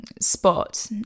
spot